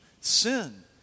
sin